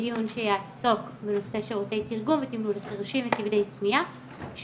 דיון שיעסוק בנושא שירותי תרגום ותימלול לחרשים וכבדי שמיעה,